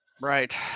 Right